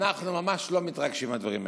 אנחנו ממש לא מתרגשים מהדברים האלה.